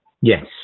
yes